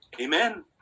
Amen